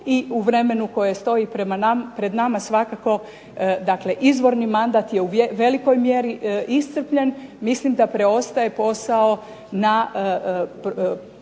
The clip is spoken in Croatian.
i u vremenu koje stoji pred nama svakako izvorni mandat u velikoj mjeri je iscrpljen, mislim da preostaje posao na promociji